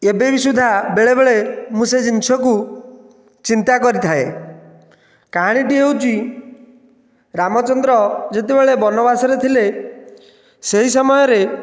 ଏବେ ବି ସୁଦ୍ଧା ବେଳେବେଳେ ମୁଁ ସେଇ ଜିନିଷକୁ ଚିନ୍ତା କରିଥାଏ କାହାଣୀଟି ହେଉଛି ରାମଚନ୍ଦ୍ର ଯେତେବେଳେ ବନବାସରେ ଥିଲେ ସେହି ସମୟରେ